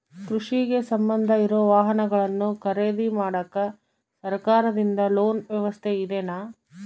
ಕೃಷಿಗೆ ಸಂಬಂಧ ಇರೊ ವಾಹನಗಳನ್ನು ಖರೇದಿ ಮಾಡಾಕ ಸರಕಾರದಿಂದ ಲೋನ್ ವ್ಯವಸ್ಥೆ ಇದೆನಾ?